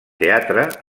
teatre